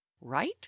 right